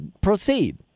proceed